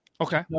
okay